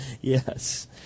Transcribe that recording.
Yes